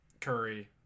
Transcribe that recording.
Curry